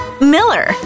Miller